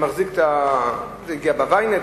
זה מ-Ynet,